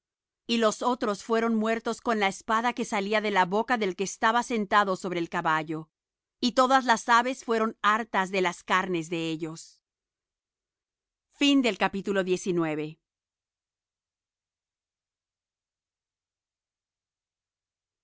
y los otros fueron muertos con la espada que salía de la boca del que estaba sentado sobre el caballo y todas las aves fueron hartas de las carnes de ellos y